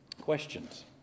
Questions